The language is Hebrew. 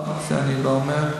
לא, את זה אני לא אומר.